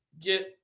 get